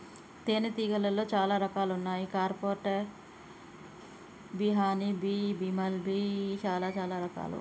తేనే తీగలాల్లో చాలా రకాలు వున్నాయి carpenter bee honey bee, bumble bee ఇలా చాలా రకాలు